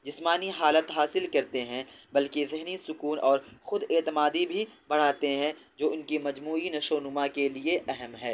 جسمانی حالت حاصل کرتے ہیں بالکہ ذہنی سکون اور خود اعتمادی بھی بڑھاتے ہیں جو ان کی مجموعی نشونما کے لیے اہم ہے